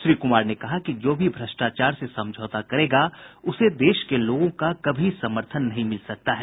श्री कुमार ने कहा कि जो भी भ्रष्टाचार से समझौता करेगा उसे देश के लोगों का कभी समर्थन नहीं मिल सकता है